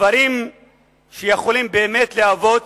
דברים שיכולים להוות